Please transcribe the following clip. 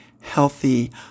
healthy